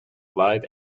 live